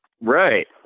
Right